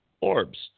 orbs